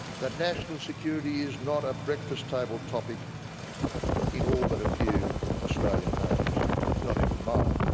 that national security is not a breakfast-table topic in all but a few australian homes not even mine!